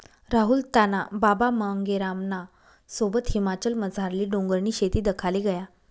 राहुल त्याना बाबा मांगेरामना सोबत हिमाचलमझारली डोंगरनी शेती दखाले गया